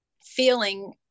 feeling